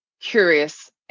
curious